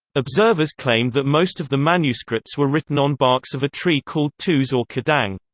observers claimed that most of the manuscripts were written on barks of a tree called touz or khadang.